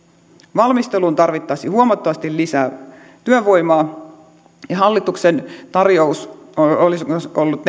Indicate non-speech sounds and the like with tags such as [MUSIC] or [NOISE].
valmisteluun tarvittaisiin huomattavasti lisää työvoimaa hallituksen tar jous olisi ollut [UNINTELLIGIBLE]